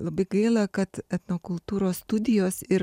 labai gaila kad etnokultūros studijos ir